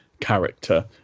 character